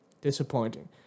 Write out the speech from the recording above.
Disappointing